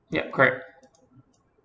yup correct